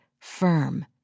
firm